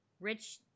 Rich